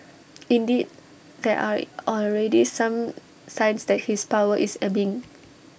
indeed there are already some signs that his power is ebbing